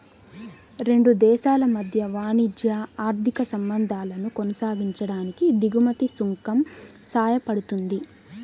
రెండు దేశాల మధ్య వాణిజ్య, ఆర్థిక సంబంధాలను కొనసాగించడానికి దిగుమతి సుంకం సాయపడుతుంది